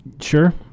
Sure